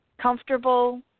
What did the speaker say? comfortable